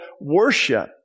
worship